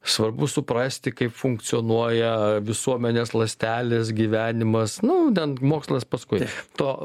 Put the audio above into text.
svarbu suprasti kaip funkcionuoja visuomenės ląstelės gyvenimas nu ten mokslas paskui to